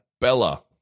Bella